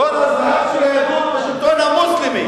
תור הזהב שלהם, בשלטון המוסלמי.